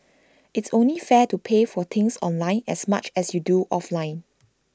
it's only fair to pay for things online as much as you do offline